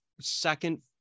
second